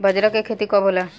बजरा के खेती कब होला?